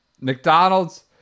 McDonald's